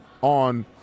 on